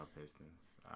Pistons